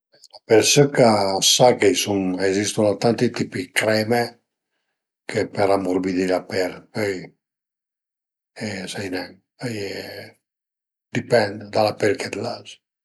La pel sëca a së sa ch'a i sun a ezistu tanti tipi dë creme che për amurbidì la pel pöi e sai nen a ie dipend da la pel che t'las